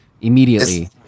immediately